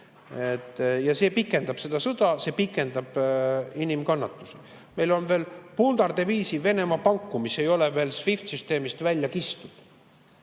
Ja see pikendab seda sõda, see pikendab inimkannatusi. Meil on veel pundarde viisi Venemaa panku, mis ei ole SWIFT-süsteemist välja kistud.